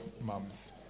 mums